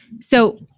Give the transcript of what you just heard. So-